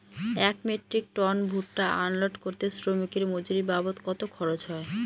এক metric ton ভুট্টা unload করতে শ্রমিকের মজুরি বাবদ কত খরচ হয়?